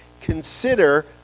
Consider